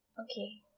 okay